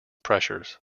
pressures